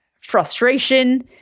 frustration